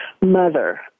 mother